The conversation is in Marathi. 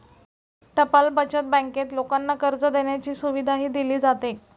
टपाल बचत बँकेत लोकांना कर्ज देण्याची सुविधाही दिली जाते